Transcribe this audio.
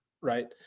right